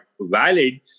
valid